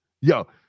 Yo